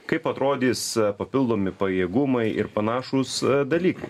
kaip atrodys papildomi pajėgumai ir panašūs dalykai